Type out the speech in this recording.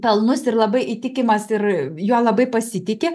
pelnus ir labai įtikimas ir juo labai pasitiki